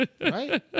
right